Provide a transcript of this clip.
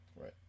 Right